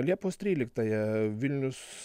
liepos tryliktąją vilnius